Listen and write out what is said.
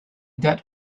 dead